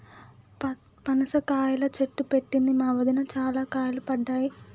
పనస కాయల చెట్టు పెట్టింది మా వదిన, చాల కాయలు పడ్డాయి